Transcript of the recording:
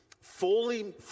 fully